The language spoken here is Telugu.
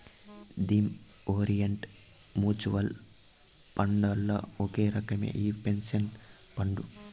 థీమ్ ఓరిఎంట్ మూచువల్ ఫండ్లల్ల ఒక రకమే ఈ పెన్సన్ ఫండు